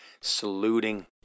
saluting